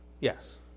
Yes